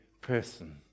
person